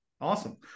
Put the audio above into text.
awesome